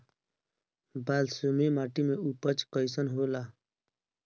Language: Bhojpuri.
बालसुमी माटी मे उपज कईसन होला?